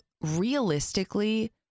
realistically